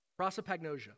Prosopagnosia